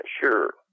sure